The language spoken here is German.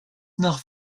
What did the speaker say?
nach